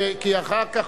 כי אחר כך,